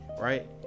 right